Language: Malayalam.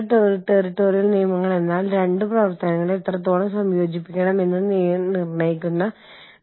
പക്ഷേ യുകെയിൽ ഒരു ഓഫീസ് തായ്വാനിൽ ഒരു ഓഫീസ് ഓസ്ട്രേലിയയിൽ ഒരു ഓഫീസ് ഉസ്ബെക്കിസ്ഥാനിൽ ഒരു ഓഫീസ് യുണൈറ്റഡ് സ്റ്റേറ്റ്സിൽ ഒരു ഓഫീസ്